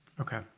Okay